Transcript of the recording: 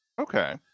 Okay